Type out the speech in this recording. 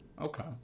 Okay